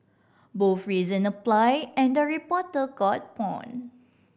both reason apply and the reporter got pawned